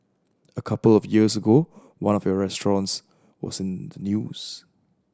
a couple of years ago one of your restaurants was in the news